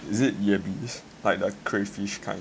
is it yabbies like the crayfish kind